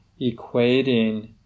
equating